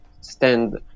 stand